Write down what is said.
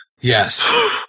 Yes